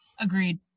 Agreed